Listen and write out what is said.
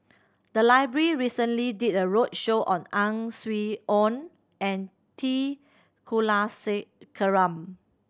the library recently did a roadshow on Ang Swee Aun and T Kulasekaram